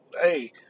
hey